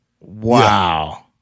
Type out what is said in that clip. Wow